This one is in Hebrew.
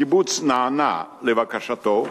הקיבוץ נענה לבקשתו